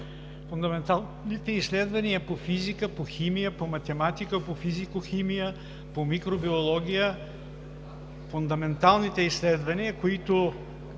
Фундаменталните изследвания по физика, по химия, по математика, по физико-химия, по микробиология, фундаменталните изследвания, при